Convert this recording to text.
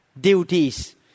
duties